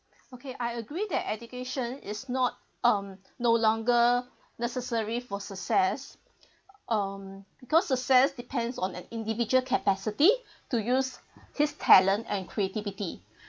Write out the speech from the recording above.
okay I agree that education is not um no longer necessary for success um because success depends on an individual capacity to use his talent and creativity